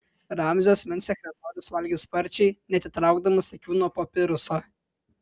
ramzio asmens sekretorius valgė sparčiai neatitraukdamas akių nuo papiruso